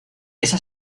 esa